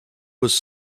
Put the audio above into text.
was